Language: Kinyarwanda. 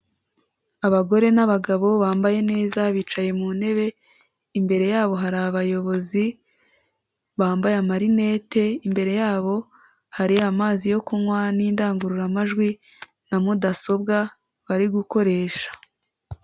Abagore n'abagabo bambaye neza, bicaye mu ntebe, imbere yabo hari abayobozi bambaye amarinete, imbere yabo hari amazi yo kunywa n'indangururamajwi na mudasobwa bari gukoresha.